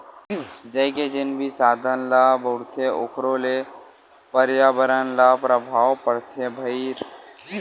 सिचई के जेन भी साधन ल बउरथे ओखरो ले परयाबरन ल परभाव परथे भईर